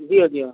جی ہاں جی ہاں